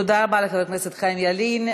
תודה רבה לחבר הכנסת חיים ילין.